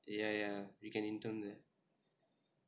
ya ya you can intern there